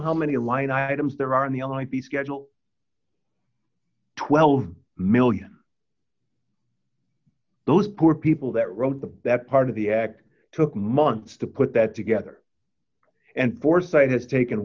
how many line items there are in the on the schedule twelve million those poor people that wrote the that part of the act took months to put that together and foresight has taken